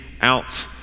out